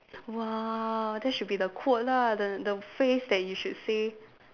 !wow! that should be the quote lah the the phrase that you should say